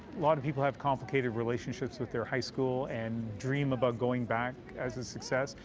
lot of people have complicated relationships with their high school and dream about going back as a success.